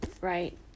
right